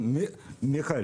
מיכאל,